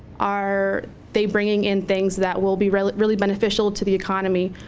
are they bringing in things that will be really really beneficial to the economy?